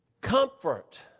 Comfort